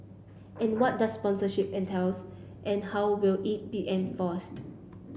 and what does sponsorship entails and how will it be enforced